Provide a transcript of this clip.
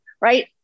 right